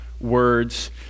words